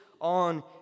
on